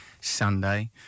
Sunday